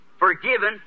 Forgiven